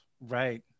right